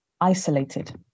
isolated